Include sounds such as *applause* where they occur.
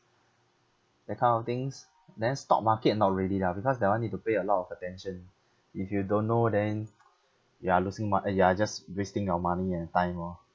that kind of things then stock market not really lah because that [one] need to pay a lot of attention if you don't know then *noise* you are losing mo~ eh you are just wasting your money and time orh